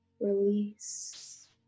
release